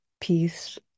peace